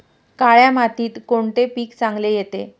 काळ्या मातीत कोणते पीक चांगले येते?